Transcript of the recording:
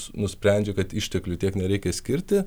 nusprendžia kad išteklių tiek nereikia skirti